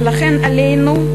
ולכן עלינו,